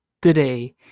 Today